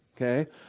okay